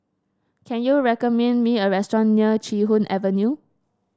can you recommend me a restaurant near Chee Hoon Avenue